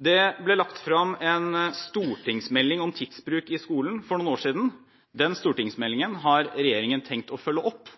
Det ble lagt frem en stortingsmelding om tidsbruk i skolen for noen år siden. Den stortingsmeldingen har regjeringen tenkt å følge opp,